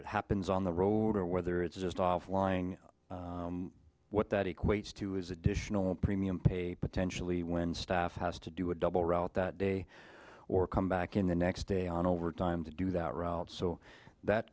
it happens on the road or whether it's just off lying what that equates to is additional premium pay potentially when staff has to do a double route that day or come back in the next day on overtime to do that route so that